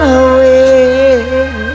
away